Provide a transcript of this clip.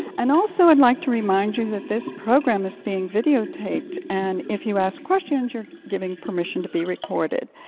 and also i'd like to remind you that this program is being videotaped and if you ask questions, you're giving permission to be recorded.